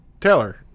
Taylor